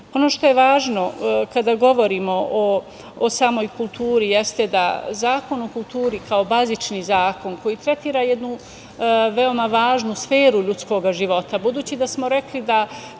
što je važno kada govorimo o samoj kulturi, jeste da je Zakon o kulturi kao bazični zakon koji tretira jednu veoma važnu sferu ljudskog života, budući da smo rekli da